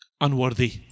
unworthy